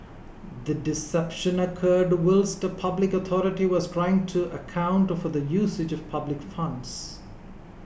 the deception occurred whilst a public authority was trying to account for the usage of public funds